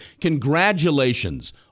Congratulations